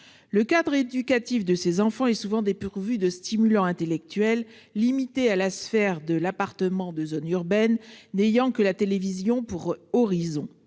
Le cadre éducatif de ces enfants est souvent dépourvu de stimulants intellectuels, limités à la sphère de l'appartement de zone urbaine, n'ayant que la télévision pour seul horizon.